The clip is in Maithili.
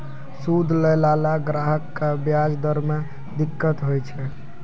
सूद लैय लाला ग्राहक क व्याज दर म दिक्कत होय छै